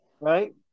right